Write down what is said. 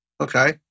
Okay